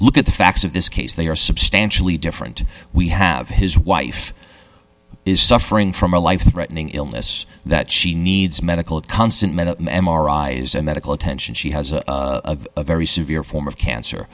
look at the facts of this case they are substantially different we have his wife is suffering from a life threatening illness that she needs medical constant minute memorize a medical attention she has a very severe form of cancer